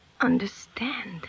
understand